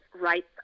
rights